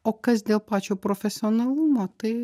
o kas dėl pačio profesionalumo tai